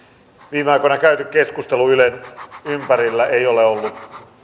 viime aikoina käyty keskustelu ylen ympärillä ei ole ollut